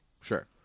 Sure